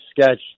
sketch